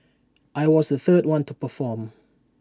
I was the third one to perform